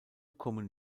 kommen